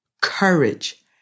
courage